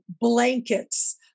blankets